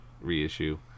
reissue